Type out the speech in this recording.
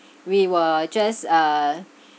we were just uh